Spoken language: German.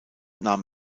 nahm